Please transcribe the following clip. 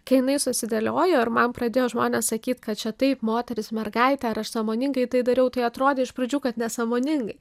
kai jinai susidėliojo ir man pradėjo žmonės sakyt kad čia taip moteris mergaitė ar aš sąmoningai tai dariau tai atrodė iš pradžių kad nesąmoningai